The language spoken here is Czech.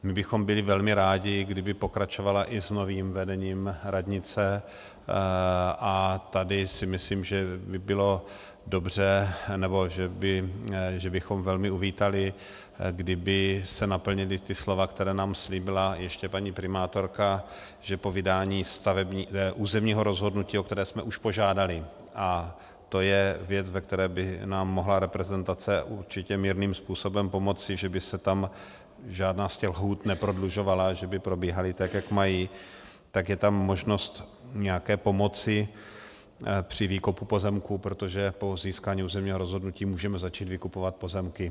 My bychom byli velmi rádi, kdyby pokračovala i s novým vedením radnice, a tady si myslím, že by bylo dobře, nebo že bychom velmi uvítali, kdyby se naplnila slova, která nám slíbila ještě paní primátorka, že po vydání územního rozhodnutí, o které jsme už požádali, a to je věc, ve které by nám mohla reprezentace určitě mírným způsobem pomoci, že by se tam žádná z těch lhůt neprodlužovala, že by probíhaly tak, jak mají, tak je tam možnost nějaké pomoci při výkupu pozemků, protože po získání územního rozhodnutí můžeme začít vykupovat pozemky.